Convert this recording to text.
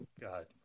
God